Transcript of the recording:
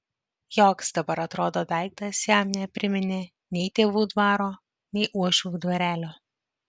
joks dabar atrodo daiktas jam nepriminė nei tėvų dvaro nei uošvių dvarelio